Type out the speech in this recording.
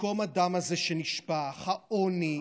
במקום הדם הזה שנשפך, העוני,